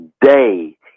day